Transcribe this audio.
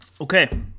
okay